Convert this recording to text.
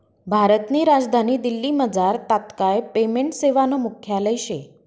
भारतनी राजधानी दिल्लीमझार तात्काय पेमेंट सेवानं मुख्यालय शे